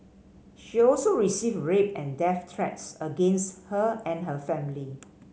she also received rape and death threats against her and her family